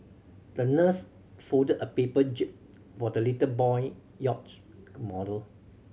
the nurse folded a paper jib for the little boy yacht model